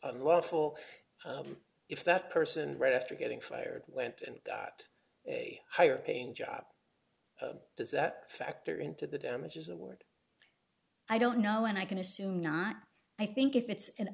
unlawful if that person right after getting fired went and got a higher paying job does that factor into the damages award i don't know when i can assume not i think if it's an